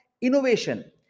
innovation